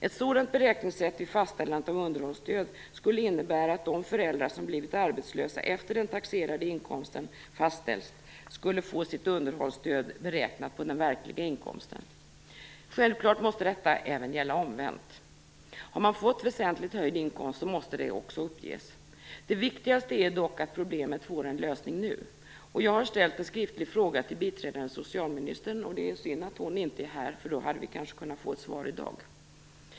Ett sådant beräkningssätt vid fastställandet av underhållsstöd skulle innebära att de föräldrar som blivit arbetslösa efter det att den taxerade inkomsten fastställts skulle få sitt underhållsstöd beräknat på den verkliga inkomsten. Självklart måste detta även gälla omvänt. Har man fått väsentligt höjd inkomst måste det också uppges. Det viktigaste är dock att problemet får en lösning nu. Jag har ställt en skriftlig fråga till biträdande socialministern, och det är synd att hon inte är här för då hade vi kanske kunnat få ett svar i dag.